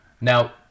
Now